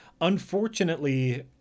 unfortunately